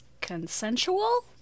consensual